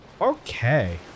Okay